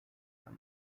from